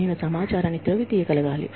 నేను సమాచారాన్ని త్రవ్వి తీయగలగాలి